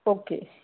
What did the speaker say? okay